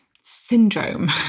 syndrome